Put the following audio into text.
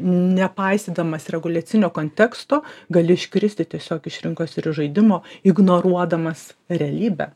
nepaisydamas reguliacinio konteksto gali iškristi tiesiog iš rinkos ir iš žaidimo ignoruodamas realybę